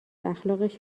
اخلاقش